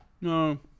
no